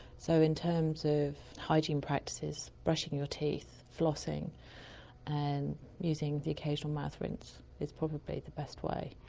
so in terms of hygiene practices, brushing your teeth, flossing and using the occasional mouth rinse is probably the best way.